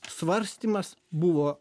svarstymas buvo